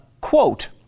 Quote